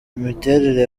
imiterere